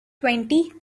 twenty